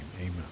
amen